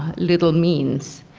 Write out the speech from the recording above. little means.